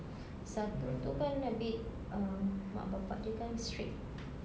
satu itu kan a bit um emak bapa dia kan strict